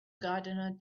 gardener